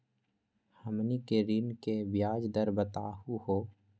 हमनी के ऋण के ब्याज दर बताहु हो?